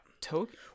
Tokyo